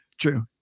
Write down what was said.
True